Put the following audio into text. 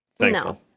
No